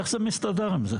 איך זה מסתדר עם זה?